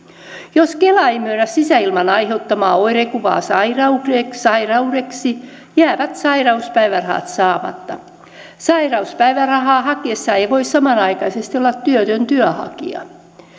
jos kela ei myönnä sisäilman ai heuttamaa oirekuvaa sairaudeksi sairaudeksi jäävät sairauspäivärahat saamatta sairauspäivärahaa hakiessa ei voi samanaikaisesti olla työtön työnhakija